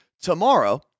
Tomorrow